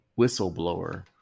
whistleblower